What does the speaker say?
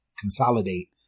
consolidate